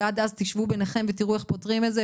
ועד אז תשבו ביניכם ותראו איך פותרים את זה.